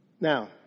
Now